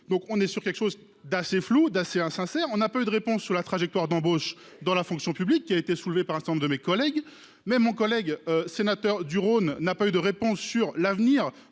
Donc on est sur quelque chose d'assez floue d'assez insincère, on n'a pas eu de réponse sur la trajectoire d'embauches dans la fonction publique qui a été soulevée par exemple de mes collègues. Même mon collègue sénateur du Rhône n'a pas eu de réponse sur l'avenir